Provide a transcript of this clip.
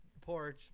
porch